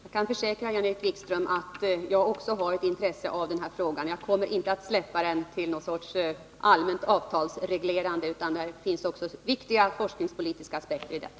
Herr talman! Jag kan försäkra Jan-Erik Wikström att även jag har ett intresse av den här frågan. Jag kommer inte att släppa den till någon sorts allmänt avtalsreglerande. Det finns också viktiga forskningspolitiska aspekter i detta.